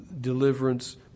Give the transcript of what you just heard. deliverance